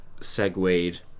segued